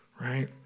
Right